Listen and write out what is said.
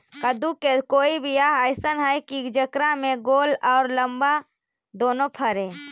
कददु के कोइ बियाह अइसन है कि जेकरा में गोल औ लमबा दोनो फरे?